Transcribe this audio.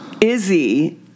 Izzy